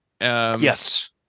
yes